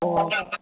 ꯑꯣ